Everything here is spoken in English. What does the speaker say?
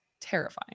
terrifying